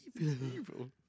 evil